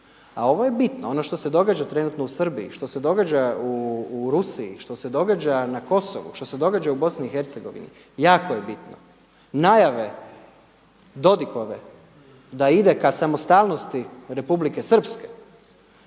A ovo je bino, ono što se događa trenutno u Srbiji, što se događa u Rusiji, što se događa na Kosovu, što se događa u BiH jako je bitno. Najave Dodikove da ide k samostalnosti Republike Srpske